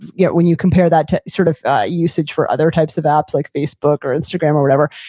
yeah when you compare that to sort of usage for other types of apps, like facebook or instagram or whatever,